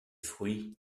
fruits